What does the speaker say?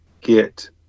get